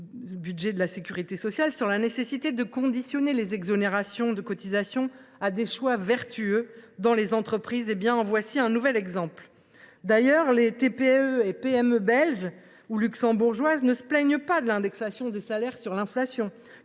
de la nécessité de conditionner les exonérations de cotisations à des choix vertueux dans les entreprises. Ce texte en fournit un nouvel exemple. D’ailleurs, les TPE et PME belges ou luxembourgeoises ne se plaignent pas de l’indexation des salaires sur l’inflation.